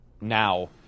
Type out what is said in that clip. now